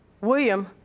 William